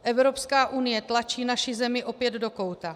Evropská unie tlačí naši zemi opět do kouta.